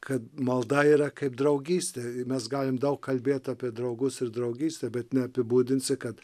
kad malda yra kaip draugystė mes galim daug kalbėt apie draugus ir draugystę bet neapibūdinsi kad